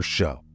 Show